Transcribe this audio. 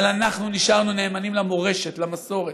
אבל אנחנו נשארנו נאמנים למורשת, למסורת,